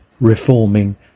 reforming